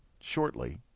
shortly